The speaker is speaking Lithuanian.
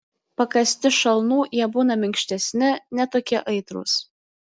pakąsti šalnų jie būna minkštesni ne tokie aitrūs